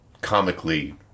comically